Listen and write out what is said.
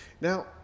Now